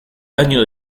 año